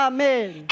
Amen